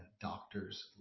Doctor's